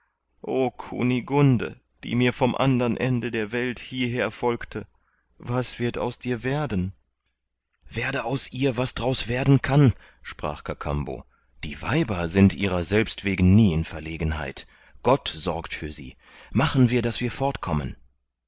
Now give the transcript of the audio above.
kunigunde die mir vom andern ende der welt hieher folgte was wird aus dir werden werde aus ihr was d'raus werden kann sprach kakambo die weiber sind ihrer selbst wegen nie in verlegenheit gott sorgt für sie machen wir daß wir fortkommen